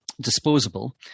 disposable